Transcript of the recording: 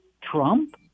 Trump